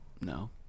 No